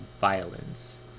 violence